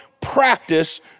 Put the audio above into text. practice